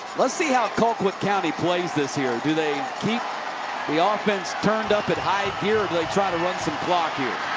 let's see how colquitt county plays this here. do they keep the ah offense turned up at high gear or like try to run some clock here?